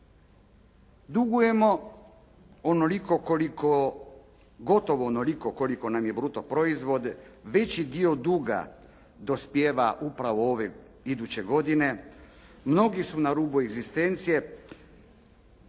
koliko, gotovo onoliko koliko nam je brutoproizvod, veći dio duga dospijeva upravo ove iduće godine, mnogi su na rubu egzistencije